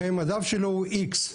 חיי המדף שלו הוא X,